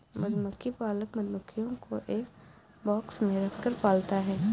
मधुमक्खी पालक मधुमक्खियों को एक बॉक्स में रखकर पालता है